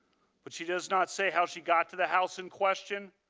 but she does not say how she got to the house in question,